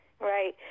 Right